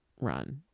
run